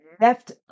left